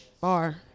Bar